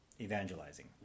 evangelizing